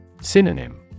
Synonym